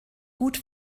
gut